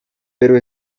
pero